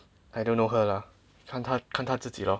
I don't know her lah 看他看他自己咯